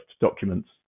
documents